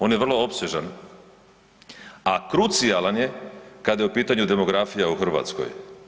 On je vrlo opsežan, a krucijalan je kada je u pitanju demografija u Hrvatskoj.